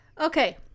Okay